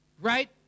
right